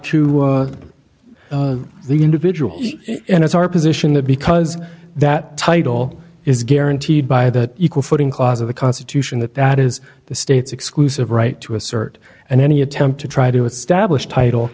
to the individual and it's our position that because that title is guaranteed by that equal footing cause of the constitution that that is the state's exclusive right to assert and any attempt to try to establish